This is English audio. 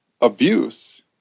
abuse